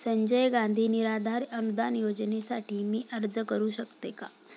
संजय गांधी निराधार अनुदान योजनेसाठी मी अर्ज करू शकते का?